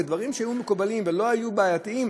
ודברים שהיו מקובלים ולא היו בעייתיים,